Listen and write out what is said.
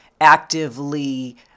actively